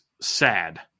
sad